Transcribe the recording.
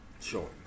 Sure